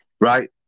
Right